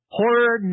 horror